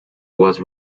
was